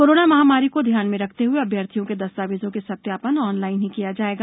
corona महामारी को ध्यान में रखते हुए अभ्यार्थियों के दस्तावेजों के सत्यापन ऑनलाइन ही किया जायेगा